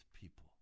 people